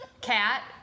cat